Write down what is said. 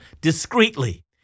discreetly